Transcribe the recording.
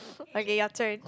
okay your turn